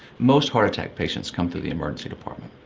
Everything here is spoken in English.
most heart attack patients come to the emergency department.